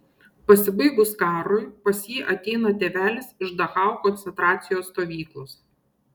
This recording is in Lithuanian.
pasibaigus karui pas jį ateina tėvelis iš dachau koncentracijos stovyklos